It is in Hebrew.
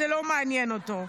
זה לא מעניין אותו.